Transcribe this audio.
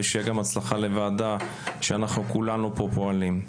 שיהיה גם בהצלחה לוועדה שאנחנו פה כולנו פועלים.